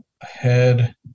head